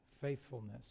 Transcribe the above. faithfulness